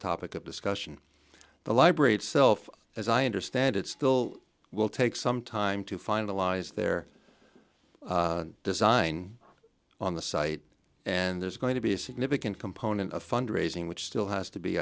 topic of discussion the library itself as i understand it still will take some time to finalize their design on the site and there's going to be a significant component of fund raising which still has to be